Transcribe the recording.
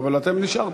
אבל אתם נשארתם.